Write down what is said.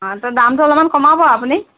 অঁ তো দামটো অলপমান কমাব আপুনি